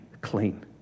clean